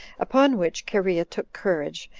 upon which cherea took courage,